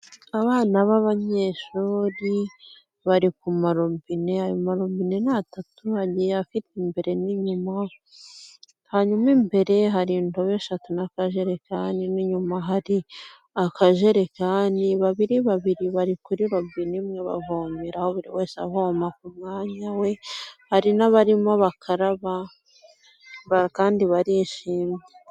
Abana b'abanyeshuri bari ku marobine, ayo marobine atatu agiye afite imbere n'inyuma, hanyuma imbere hari indobo eshatu n'akajerekani, n'inyuma hari akajerekani, babiri babiri bari kuri robine imwe bavomeraho buri wese avoma ku mwanya we, hari n'abarimo bakara kandi barishimye.